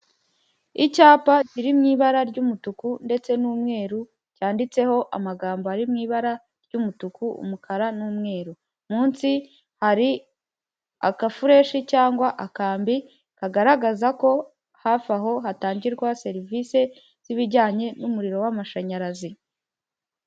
Icyapa kiri mu ibara ry'umutuku ndetse n'umweru, cyanditseho amagambo ari mu ibara ry'umutuku, umukara n'umweru. Munsi hari akafureshi cyangwa akambi, kagaragaza ko hafi aho hatangirwa serivisi z'ibijyanye n'umuriro w'amashanyarazi.